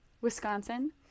Wisconsin